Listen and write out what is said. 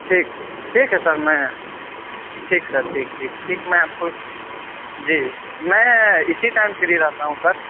ٹھیک ٹھیک ہے سر میں ٹھیک سر ٹھیک ٹھیک ٹھیک میں آپ کو جی میں اِسی ٹائم فری رہتا ہوں سر